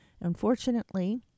Unfortunately